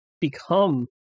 become